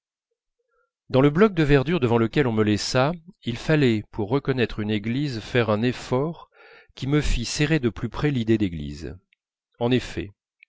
dans le bloc de verdure devant lequel on me laissa il fallait pour reconnaître une église faire un effort qui me fît serrer de plus près l'idée d'église en effet